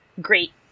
great